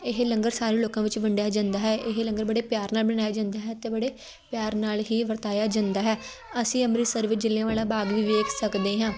ਇਹ ਲੰਗਰ ਸਾਰੇ ਲੋਕਾਂ ਵਿੱਚ ਵੰਡਿਆ ਜਾਂਦਾ ਹੈ ਇਹ ਲੰਗਰ ਬੜੇ ਪਿਆਰ ਨਾਲ ਬਣਾਇਆ ਜਾਂਦਾ ਹੈ ਅਤੇ ਬੜੇ ਪਿਆਰ ਨਾਲ ਹੀ ਵਰਤਾਇਆ ਜਾਂਦਾ ਹੈ ਅਸੀਂ ਅੰਮ੍ਰਿਤਸਰ ਵਿੱਚ ਜਲ੍ਹਿਆਂ ਵਾਲਾ ਬਾਗ ਵੀ ਵੇਖ ਸਕਦੇ ਹਾਂ